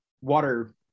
water